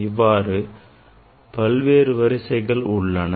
இவ்வாறு பல்வேறு வரிசைகள் உள்ளன